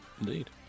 indeed